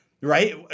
Right